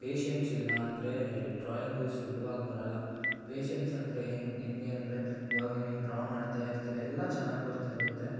patience ಇಲ್ಲಾಂದ್ರೆ drawing ಸುಲಭವಾಗಿ ಬರೋಲ್ಲ ಪೇಶೆನ್ಸ್ ಅಂದರೆ ಹೆಂಗೆ ಹೆಂಗೆ ಅಂದರೆ ಇವಾಗ ನೀವು ಹಿಂಗೆ ಡ್ರಾ ಮಾಡ್ತಾಯಿರ್ತೀರಿ ಎಲ್ಲ ಚೆನ್ನಾಗಿ ಬರ್ತಾಯಿರುತ್ತೆ